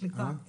סליחה.